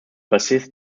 bassist